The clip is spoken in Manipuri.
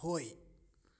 ꯍꯣꯏ